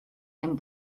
and